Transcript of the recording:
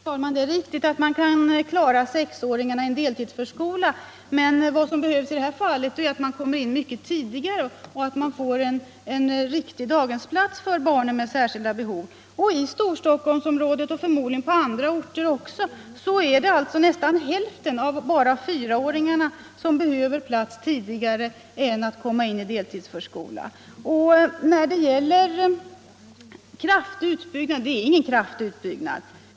Fru talman! Det är riktigt att man kan klara sexåringarna i en deltidsförskola, men de barn som har särskilda behov behöver komma in mycket tidigare och behöver dessutom ha en riktig daghemsplats. I Storstockholmsområdet och förmodligen också på andra platser i landet behöver bara av fyraåringarna nästan hälften plats tidigare än vad som blir fallet vid placering i deltidsförskola. Det är vidare inte fråga om någon kraftig utbyggnad.